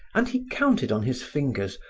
and he counted on his fingers,